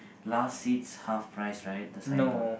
last seats half price right the signboard